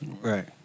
Right